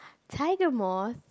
tiger moth